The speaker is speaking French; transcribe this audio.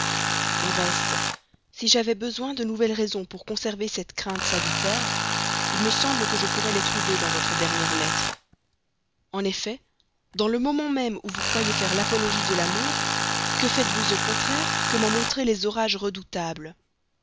au reste si j'avais besoin de nouvelles raisons pour conserver cette crainte salutaire il me semble que je pourrais les trouver dans votre dernière lettre en effet dans le moment même où vous croyez faire l'apologie de l'amour que faites-vous au contraire que m'en montrer les orages redoutables